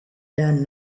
than